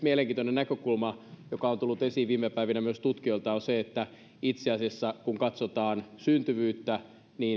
mielenkiintoinen näkökulma joka on tullut esiin viime päivinä myös tutkijoilta on se että itse asiassa kun katsotaan syntyvyyttä